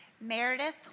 Meredith